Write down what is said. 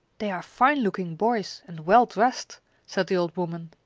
they are fine-looking boys and well dressed said the old woman.